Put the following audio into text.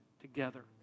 together